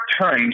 Times